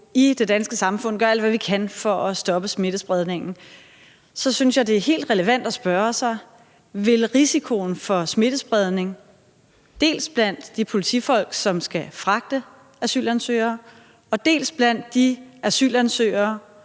i det danske samfund gør alt, hvad vi kan, for at stoppe smittespredningen, synes jeg, det er helt relevant at spørge: Vil risikoen for smittespredning blandt dels de politifolk, som skal fragte asylansøgere, dels de asylansøgere,